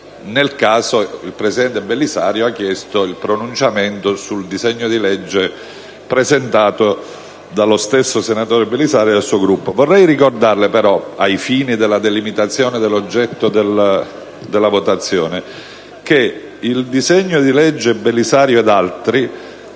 il presidente Belisario ha chiesto il pronunciamento sul disegno di legge presentato da lui stesso e dal suo Gruppo.